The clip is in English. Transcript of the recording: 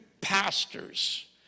pastors